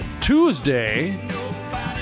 Tuesday